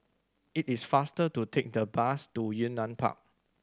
it is faster to take the bus to Yunnan Park